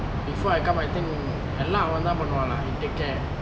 before I come I think எல்லாம் அவந்தான் பண்ணுவான்லா:ellaam avanthaan pannuvaanla he take care